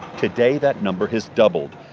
today, that number has doubled.